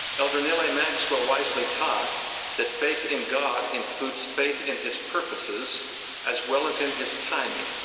elder neal a. maxwell wisely taught that. faith in god includes faith in his purposes as well as in his timing.